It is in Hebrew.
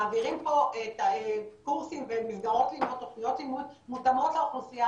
מעבירים פה קורסים ותוכניות לימוד שמותאמים לאוכלוסייה